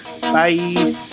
Bye